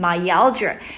myalgia